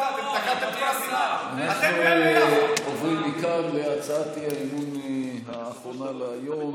אנחנו עוברים מכאן להצעת האי-אמון האחרונה להיום,